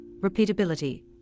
repeatability